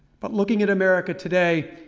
but looking at america today